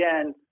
again